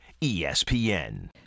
ESPN